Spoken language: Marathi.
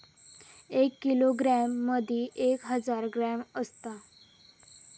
एक किलोग्रॅम मदि एक हजार ग्रॅम असात